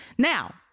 Now